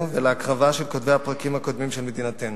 ולהקרבה של כותבי הפרקים הקודמים של מדינתנו.